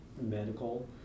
medical